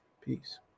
Peace